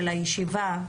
הישיבה,